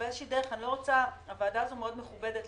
באיזושהי דרך הוועדה הזו מאוד מכובדת,